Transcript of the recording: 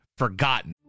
forgotten